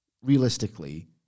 Realistically